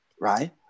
right